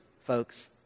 folks